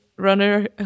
runner